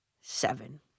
seven